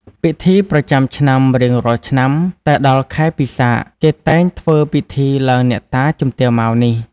ពិធីប្រចាំឆ្នាំ រៀងរាល់ឆ្នាំ តែដល់ខែពិសាខ គេតែងធ្វើពិធីឡើងអ្នកតាជំទាវ ម៉ៅ នេះ ។